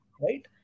right